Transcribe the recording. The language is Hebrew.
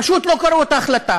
פשוט לא קרא את ההחלטה.